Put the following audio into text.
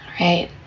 right